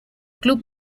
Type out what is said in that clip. club